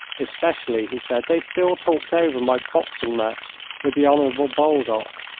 especially, he said, they still talked over my boxing match with the honourable baldock.